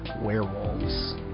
werewolves